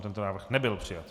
Tento návrh nebyl přijat.